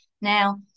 now